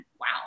wow